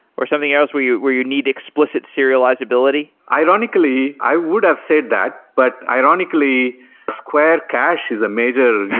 or something else where you where you need explicit serializability? ironically, i would have said that, but ironically square cache is a major